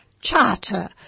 charter